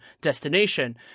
destination